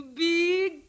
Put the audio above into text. big